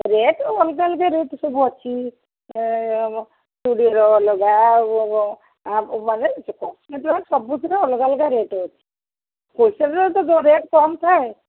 rate ଅଲଗା ଅଲଗା rate ସବୁ ଅଛି ଚୁଡ଼ିର ଅଲଗା ଆଉ ମାନେ ସବୁଥିରେ ଅଲଗା ଅଲଗା ରେଟ୍ ଅଛି ହୋଲସେଲ୍ରେ ତ ରେଟ୍ କମ୍ ଥାଏ